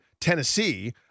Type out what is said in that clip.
Tennessee